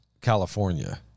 California